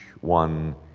one